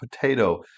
potato